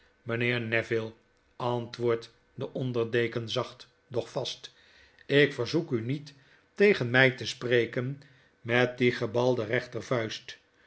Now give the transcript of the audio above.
mynheer neville antwoordt de onder deken zacht doch vast ik verzoek u niet tegenmij te spreken met die gebalde